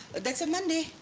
that's a monday